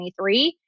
2023